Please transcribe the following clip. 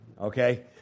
Okay